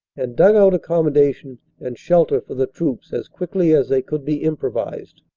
and dug out accommodation and shelter for the troops as quickly as they could be improvised.